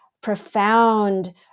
profound